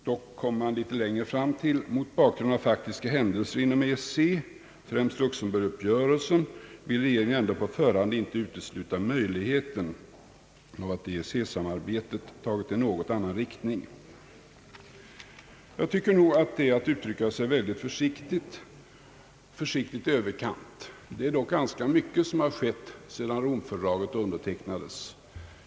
Dock kommer man litet senare fram till följande: »Mot bakgrund av faktiska händelser inom EEC — främst Luxemburg-uppgörelsen i januari i fjol som bromsade en utveckling i överstatlig riktning — vill regeringen ändå på förhand inte utesluta möjligheten av att EEC-samarbetet tagit en något annan riktning.» Jag tycker nog att det är att uttrycka sig väldigt försiktigt; försiktigt i överkant. Det är dock ganska mycket som skett sedan Rom-fördraget undertecknades.